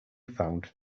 found